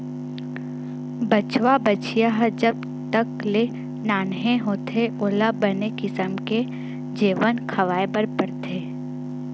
बछवा, बछिया ह जब तक ले नान्हे होथे ओला बने किसम के जेवन खवाए बर परथे